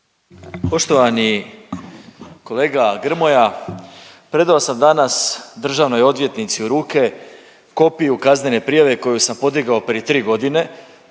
Poštovani kolega Grmoja, predao sam danas državnoj odvjetnici u ruke kopiju kaznene prijave koju sam podigao prije tri godine